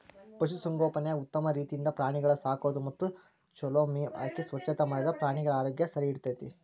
ಪಶು ಸಂಗೋಪನ್ಯಾಗ ಉತ್ತಮ ರೇತಿಯಿಂದ ಪ್ರಾಣಿಗಳ ಸಾಕೋದು ಮತ್ತ ಚೊಲೋ ಮೇವ್ ಹಾಕಿ ಸ್ವಚ್ಛತಾ ಮಾಡಿದ್ರ ಪ್ರಾಣಿಗಳ ಆರೋಗ್ಯ ಸರಿಇರ್ತೇತಿ